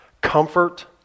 Comfort